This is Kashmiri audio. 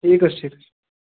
ٹھیٖک حظ ٹھیٖک حظ چھُ